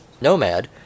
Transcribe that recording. Nomad